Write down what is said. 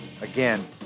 again